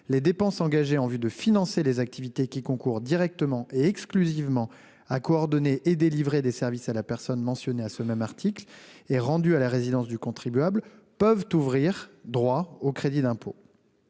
les dépenses engagées en vue de financer les activités qui concourent directement et exclusivement à coordonner et à délivrer des services à la personne et qui sont rendues à la résidence du contribuable peuvent ouvrir droit au crédit d'impôt.